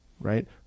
right